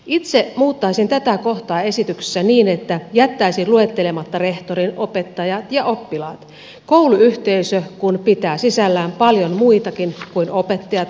itse muuttaisin tätä kohtaa esityksessä niin että jättäisin luettelematta rehtorin opettajat ja oppilaat kouluyhteisö kun pitää sisällään paljon muitakin kuin opettajat rehtorin ja oppilaat